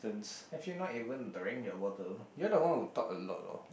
have you not even drink your bottle you are the one who talk a lot or